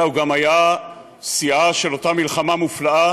אלא הוא גם היה שיאה של אותה מלחמה מופלאה,